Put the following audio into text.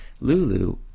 Lulu